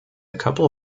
couple